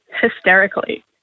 hysterically